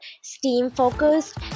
STEAM-focused